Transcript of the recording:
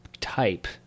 type